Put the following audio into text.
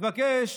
אבקש